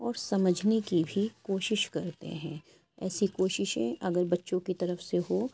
اور سمجھنے کی بھی کوشش کرتے ہیں ایسی کوششیں اگر بچوں کی طرف سے ہو